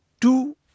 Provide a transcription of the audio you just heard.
two